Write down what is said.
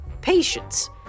Patience